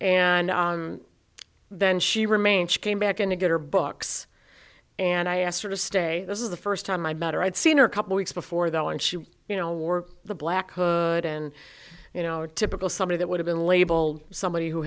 and then she remained she came back in to get her books and i asked her to stay this is the first time i met her i'd seen her couple weeks before that when she you know wore the black hood and you know typical somebody that would have been labeled somebody who